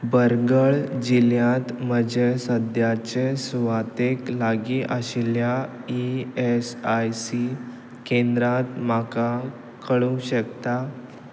बरगळ जिल्ल्यांत म्हजे सद्याचे सुवातेक लागीं आशिल्ल्या ई एस आय सी केंद्रां म्हाका कळूंक शकता